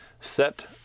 set